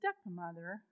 stepmother